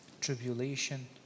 tribulation